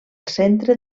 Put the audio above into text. centre